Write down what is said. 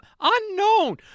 unknown